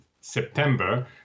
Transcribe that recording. September